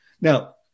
Now